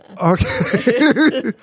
Okay